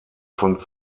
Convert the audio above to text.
von